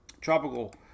tropical